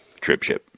TripShip